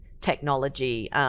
technology